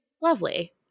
lovely